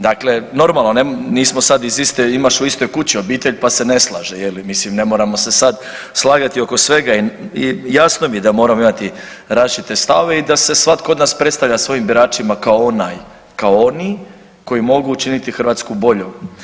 Dakle, normalno nismo sada iz iste, imaš u istoj kući obitelj pa se ne slažu, mislim ne moramo se sada slagati oko svega i jasno mi je da moramo imati različite stavove i da se svatko od nas predstavlja svojim biračima kao onaj, kao oni koji mogu učiniti Hrvatsku boljom.